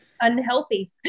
unhealthy